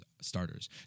starters